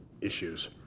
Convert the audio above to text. issues